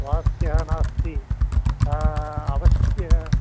स्वास्थ्यं नास्ति अवश्यम्